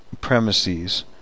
premises